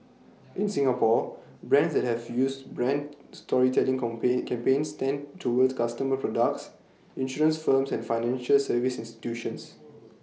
in Singapore brands that have used brand storytelling complain campaigns tend towards costumer products insurance firms and financial service institutions